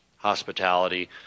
hospitality